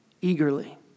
Eagerly